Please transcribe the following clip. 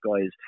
guys